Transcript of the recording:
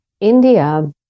india